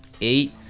Eight